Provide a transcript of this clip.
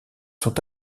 sont